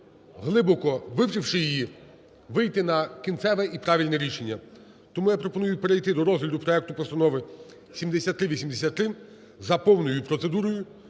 глибоко вивчивши її, вийти на кінцеве і правильне рішення. Тому я пропоную перейти до розгляду проекту Постанови 7383 за повною процедурою.